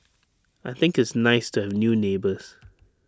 I think it's nice to have new neighbours